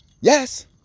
Yes